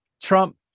Trump